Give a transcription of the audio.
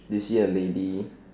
do you see a lady